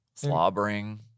Slobbering